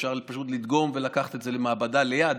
אפשר פשוט לדגום ולקחת את זה למעבדה ליד,